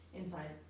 inside